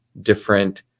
different